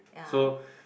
so